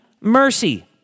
mercy